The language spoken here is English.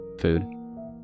food